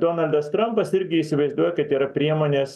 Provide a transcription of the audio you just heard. donaldas trampas irgi įsivaizduoja kad yra priemonės